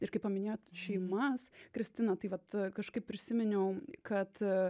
ir kaip paminėjot šeimas kristina tai vat kažkaip prisiminiau kad